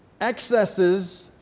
Excesses